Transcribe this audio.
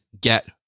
get